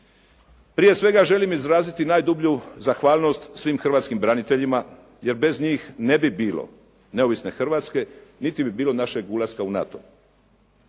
Prije svega, želim izraziti najdublju zahvalnost svim hrvatskim braniteljima jer bez njih ne bi bilo neovisne Hrvatske, niti bi bilo našeg ulaska u NATO.